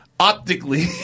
Optically